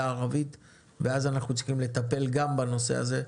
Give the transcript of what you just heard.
הערבית ואז אנחנו צריכים לטפל גם בנושא הזה.